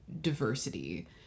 diversity